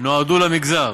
נועדו למגזר.